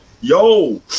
Yo